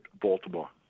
Baltimore